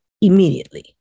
immediately